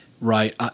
Right